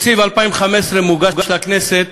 תקציב 2015 מוגש לכנסת